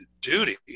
duty